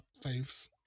faves